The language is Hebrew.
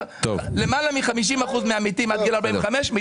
למעלה מ-50 אחוזים מהמתים עד גיל 45,